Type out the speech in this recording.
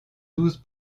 douze